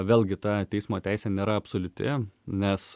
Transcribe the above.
vėlgi ta teismo teisė nėra absoliuti nes